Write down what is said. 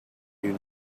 you